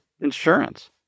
insurance